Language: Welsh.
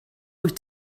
wyt